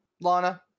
Lana